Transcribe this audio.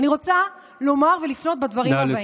אני רוצה לומר ולפנות בדברים הבאים.